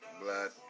blood